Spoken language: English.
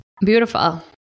Beautiful